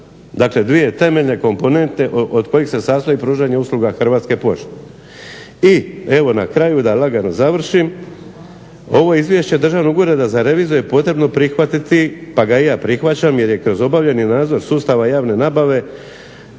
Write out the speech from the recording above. Dakle, dvije temeljne komponente od kojih se sastoji pružanje usluga Hrvatske pošte. I evo na kraju da lagano završim, ovo Izvješće Državnog ureda za reviziju je potrebno prihvatiti pa ga i ja prihvaćam jer je kroz obavljeni nadzor sustava javne nabave